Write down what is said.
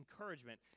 encouragement